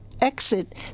exit